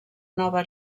nova